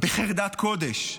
בחרדת קודש,